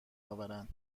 آورند